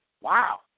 Wow